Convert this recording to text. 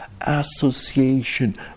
association